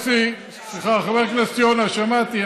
סליחה, חבר הכנסת יונה, שמעתי.